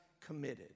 committed